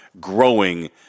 growing